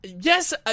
Yes